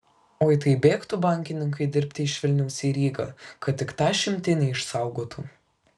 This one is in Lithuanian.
oi tai bėgtų bankininkai dirbti iš vilniaus į rygą kad tik tą šimtinę išsaugotų